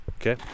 Okay